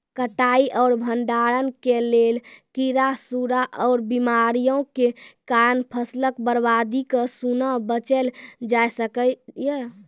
कटाई आर भंडारण के लेल कीड़ा, सूड़ा आर बीमारियों के कारण फसलक बर्बादी सॅ कूना बचेल जाय सकै ये?